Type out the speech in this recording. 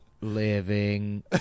living